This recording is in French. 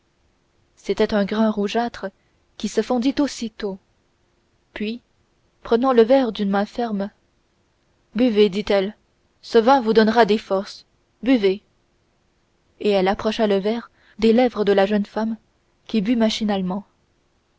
c'était un grain rougeâtre qui se fondit aussitôt puis prenant le verre d'une main ferme buvez dit-elle ce vin vous donnera des forces buvez et elle approcha le verre des lèvres de la jeune femme qui but machinalement